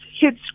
hits